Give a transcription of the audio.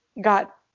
got